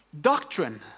doctrine